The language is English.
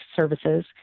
services